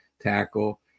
tackle